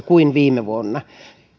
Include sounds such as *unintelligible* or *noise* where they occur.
*unintelligible* kuin viime vuonna